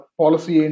policy